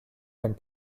and